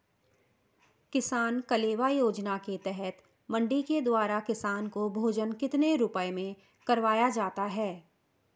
किसान कलेवा योजना के तहत मंडी के द्वारा किसान को भोजन कितने रुपए में करवाया जाता है?